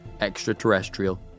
extraterrestrial